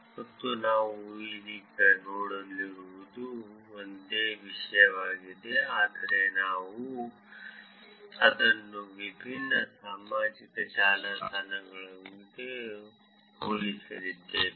ಮತ್ತು ನಾವು ಈಗ ನೋಡಲಿರುವುದು ಒಂದೇ ವಿಷಯವಾಗಿದೆ ಆದರೆ ನಾವು ಅದನ್ನು ವಿಭಿನ್ನ ಸಾಮಾಜಿಕ ಜಾಲತಾಣಗಳೊಂದಿಗೆ ಹೋಲಿಸಲಿದ್ದೇವೆ